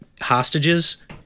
hostages